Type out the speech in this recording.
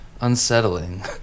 unsettling